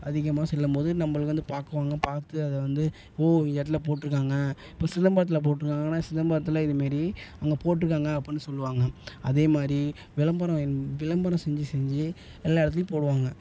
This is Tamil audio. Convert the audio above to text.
அதிகமாக செல்லும்போது நம்பளை வந்து பார்க்குவாங்க பார்த்து அதை வந்து ஓ இந்த இடத்துல போட்டிருக்காங்க இப்போ சிதம்பரத்தில் போட்டிருக்காங்கன்னா சிதம்பரத்தில் இதுமாரி அங்கே போட்டிருக்காங்க அப்புடின்னு சொல்லுவாங்க அதேமாதிரி விளம்பரம் என் விளம்பரம் செஞ்சு செஞ்சு எல்லா இடத்துலியும் போடுவாங்க